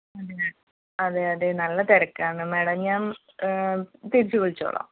അതെയതെ നല്ല തിരക്കാണ് മേഡം ഞാൻ തിരിച്ചു വിളിച്ചോളാം